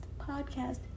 podcast